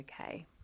okay